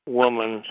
woman